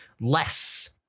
less